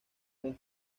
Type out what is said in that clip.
con